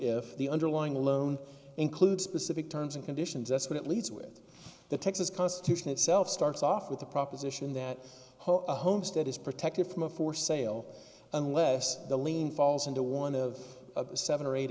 if the underlying loan includes specific terms and conditions that's what it leads with the texas constitution itself starts off with the proposition that whole homestead is protected from a forced sale unless the lien falls into one of seven or eight